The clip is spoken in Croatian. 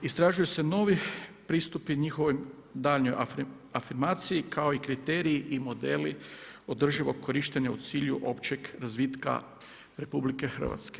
Istražuju se novi pristupi njihovoj daljnjoj afirmaciji kao i kriteriji i modeli održivog korištenja u cilju općeg razvitka RH.